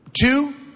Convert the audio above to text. two